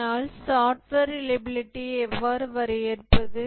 ஆனால் சாஃப்ட்வேர் ரிலையபிலிடியை எவ்வாறு வரையறுப்பது